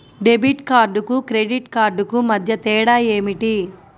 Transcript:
Debit కార్డుకు credit కార్డుకు మధ్య తేడా ఏమిటీ?